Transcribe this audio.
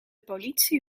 politie